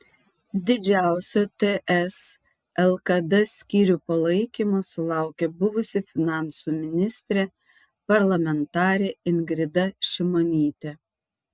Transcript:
didžiausio ts lkd skyrių palaikymo sulaukė buvusi finansų ministrė parlamentarė ingrida šimonytė